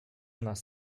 nas